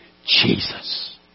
Jesus